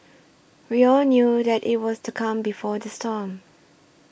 we all knew that it was the calm before the storm